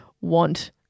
want